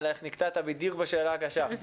נקטעת בדיוק בשאלה הקשה.